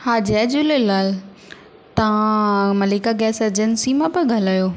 हा जय झूलेलाल तव्हां मलिका गैस एजेंसी मां पिया ॻाल्हायो